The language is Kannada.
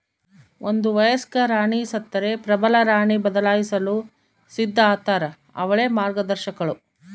ಒಂದು ವಯಸ್ಕ ರಾಣಿ ಸತ್ತರೆ ಪ್ರಬಲರಾಣಿ ಬದಲಾಯಿಸಲು ಸಿದ್ಧ ಆತಾರ ಅವಳೇ ಮಾರ್ಗದರ್ಶಕಳು